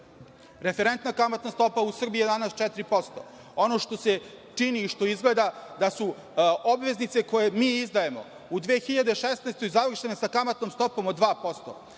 Srbija. Referentna kamatna stopa u Srbiji je danas 4%. Ono što se čini i što izgleda da su obveznice koje mi izdajemo u 2016. godini, završene sa kamatnom stopom od 2%.